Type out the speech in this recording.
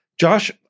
Josh